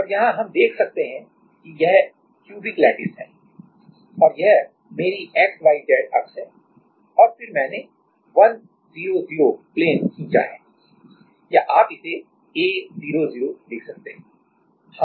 और यहाँ हम देख सकते हैं कि यह क्यूबिक लैटिस है और यह मेरी XYZ अक्ष है और फिर मैंने 1 0 0 प्लेन खींचा है या आप इसे a 0 0 लिख सकते हैं